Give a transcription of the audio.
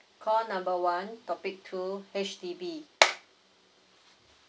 call number one topic two H_D_B